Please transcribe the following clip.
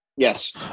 yes